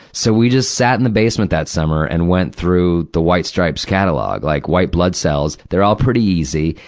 so we just sat in the basement that summer and went through the white stripes catalogue, like, white blood cells. they're all pretty easy.